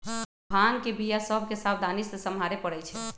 भांग के बीया सभ के सावधानी से सम्हारे परइ छै